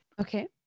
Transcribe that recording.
Okay